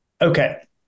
Okay